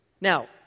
Now